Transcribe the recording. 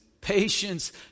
patience